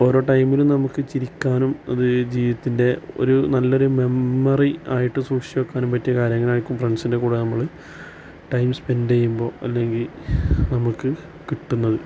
ഓരോ ടൈമിലും നമുക്ക് ചിരിക്കാനും അത് ജീവിതത്തിൻ്റെ ഒരു നല്ലൊരു മെമ്മറി ആയിട്ട് സൂക്ഷിച്ചുവെക്കാനും പറ്റിയ കാര്യങ്ങളായിരിക്കും ഫ്രണ്ട്സിൻ്റെ കൂടെ നമ്മൾ ടൈം സ്പെൻഡ് ചെയ്യുമ്പോൾ അല്ലെങ്കിൽ നമുക്ക് കിട്ടുന്നത്